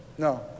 No